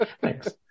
Thanks